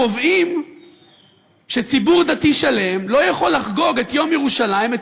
קובעים שציבור דתי שלם לא יכול לחגוג את יום ירושלים,